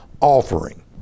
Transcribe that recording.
offering